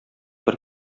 бер